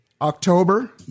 October